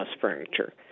furniture